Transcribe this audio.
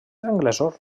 anglesos